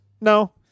no